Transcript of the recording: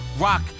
Rock